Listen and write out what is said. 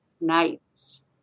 nights